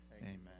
Amen